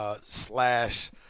slash